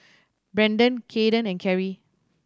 Brendan Kaeden and Carry